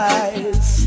eyes